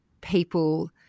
people